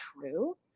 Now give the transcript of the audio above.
true